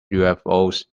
ufos